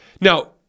Now